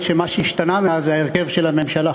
שמה שהשתנה מאז זה ההרכב של הממשלה.